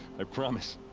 i promise!